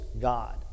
God